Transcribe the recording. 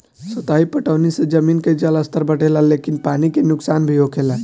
सतही पटौनी से जमीन के जलस्तर बढ़ेला लेकिन पानी के नुकसान भी होखेला